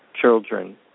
children